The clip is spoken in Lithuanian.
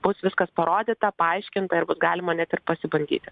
bus viskas parodyta paaiškinta ir bus galima net ir pasibandyti